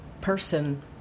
person